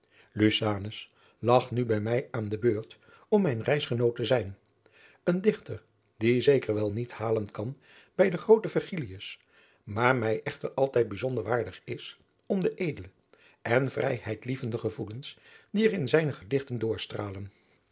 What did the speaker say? lucanus lag nu bij mij aan de beurt om mijn reisgenoot te zijn een dichter die zeker wel adriaan loosjes pzn het leven van maurits lijnslager niet halen kan bij den grooten virgilius maar mij echter altijd bijzonder waardig is om de edele en vrijheidlievende gevoelens die er in zijne gedichten